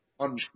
on